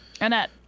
Annette